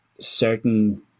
certain